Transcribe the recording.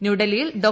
ന്യൂഡൽഹിയിൽ ഡോ